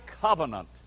covenant